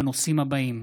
בנושאים הבאים: